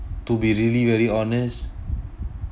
to be really very honest